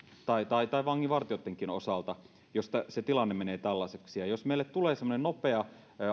tai tai vanginvartijoittenkin osalta jos se tilanne menee tällaiseksi jos meille tulee semmoinen nopea